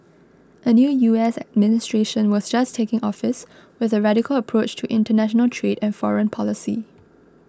a new U S administration was just taking office with a radical approach to international trade and foreign policy